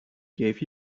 gave